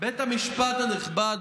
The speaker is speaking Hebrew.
בבית המשפט הנכבד,